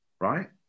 right